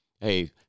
hey